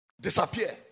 disappear